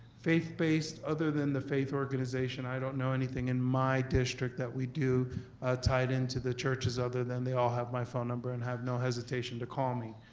faith based other than the faith organization, i don't know anything in my district that we do tied into the churches other than they all have my phone number and have no hesitation to call me.